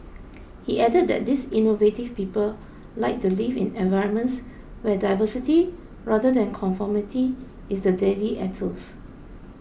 he added that these innovative people like to live in environments where diversity rather than conformity is the daily ethos